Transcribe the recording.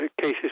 cases